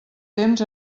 temps